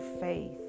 faith